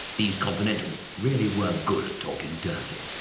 these continentals really were good at talking dirty.